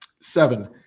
seven